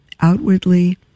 outwardly